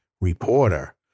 reporter